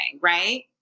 right